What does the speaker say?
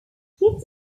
gift